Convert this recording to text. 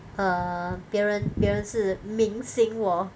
err 别人别人是明星 wor